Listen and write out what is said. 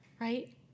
right